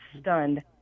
stunned